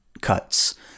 cuts